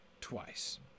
twice